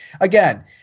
again